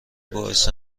باعث